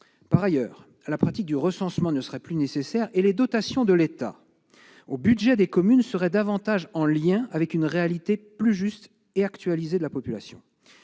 Par ailleurs, la pratique du recensement ne serait plus nécessaire et les dotations de l'État au budget des communes seraient davantage en lien avec une réalité plus juste et actualisée de la population.